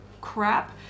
crap